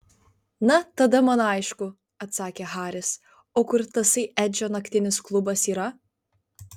na tada man aišku atsakė haris o kur tasai edžio naktinis klubas yra